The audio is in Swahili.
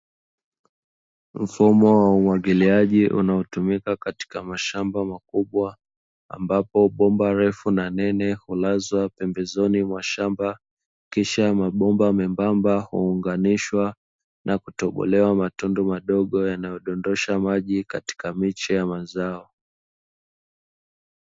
Mfumo wa umwagiliaji unaotumika katika mashamba makubwa, ambapo bomba refu na nene hulazwa pembezoni mwa shamba, kisha mabomba membamba huunganishwa na kutobolewa matundu madogo yanayodondosha maji katika miche ya mazao.